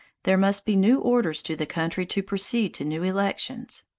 there must be new orders to the country to proceed to new elections.